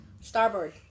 Starboard